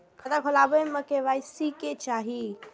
खाता खोला बे में के.वाई.सी के चाहि?